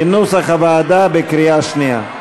כנוסח הוועדה, בקריאה שנייה.